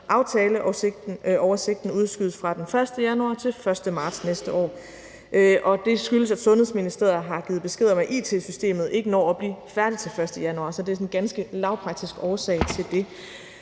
aftaleoversigten, udskydes fra den 1. januar til den 1. marts næste år. Det skyldes, at Sundhedsministeriet har givet besked om, at it-systemet ikke når at blive færdig til den 1. januar, så der er sådan en ganske lavpraktisk årsag til det.